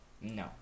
No